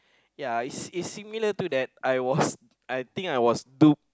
ya it's it's similar to that I was I think I was noob